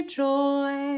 joy